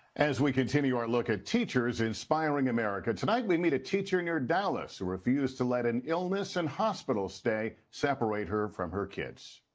as we continue our look at teachers inspiring america, tonight we meet a teacher near dallas who refused to let an illness and hospital stay separate her from her kids.